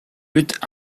luttes